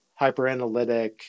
hyperanalytic